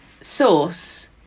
Sauce